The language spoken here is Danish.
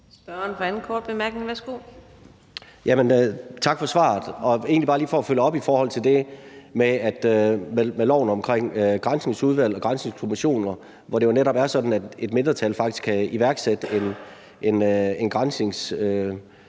Spørgeren for sin anden korte bemærkning. Værsgo. Kl. 17:40 Peder Hvelplund (EL): Tak for svaret. Det er egentlig bare lige for at følge op i forhold til det med loven omkring granskningsudvalg og granskningskommissioner, hvor det jo netop er sådan, at et mindretal faktisk kan iværksætte en granskningskommission,